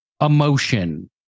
emotion